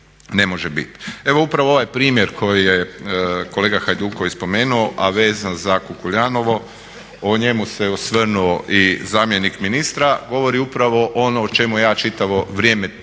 Evo upravo ovaj primjer koji je kolega Hajduković spomenuo a vezan za Kukuljanovo, o njemu se osvrnuo i zamjenik ministra, govori upravo ono o čemu ja čitavo vrijeme tvrdim